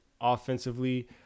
offensively